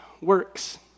works